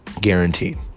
Guaranteed